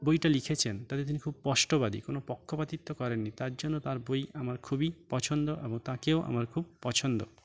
বইটা লিখেছেন তাতে তিনি খুব স্পষ্টবাদী কোনো পক্ষপাতিত্ব করেন নি তার জন্য তার বই আমার খুবই পছন্দ এবং তাকেও আমার খুব পছন্দ